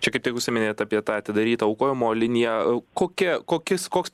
čia kaip tik užsiminėt apie tą atidarytą aukojimo liniją o kokia kokis koks